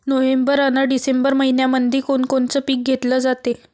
November अन December मइन्यामंधी कोण कोनचं पीक घेतलं जाते?